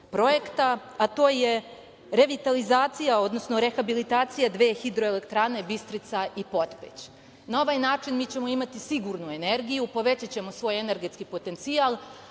a to je revitalizacija, odnosno rehabilitacija dve hidroelektrane Bistrica i Potpeć. Na ovaj način mi ćemo imati sigurnu energiju, povećaćemo svoj energetski potencijal,